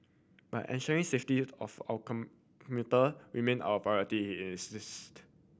but ensuring safety of our come commuter remain our priority he insisted